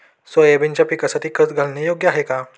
सोयाबीनच्या पिकासाठी खत घालणे योग्य आहे का?